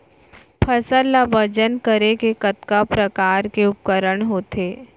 फसल ला वजन करे के कतका प्रकार के उपकरण होथे?